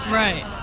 right